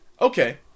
Okay